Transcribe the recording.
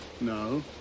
no